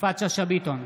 יפעת שאשא ביטון,